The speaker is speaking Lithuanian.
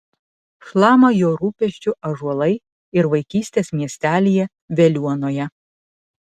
šlama jo rūpesčiu ąžuolai ir vaikystės miestelyje veliuonoje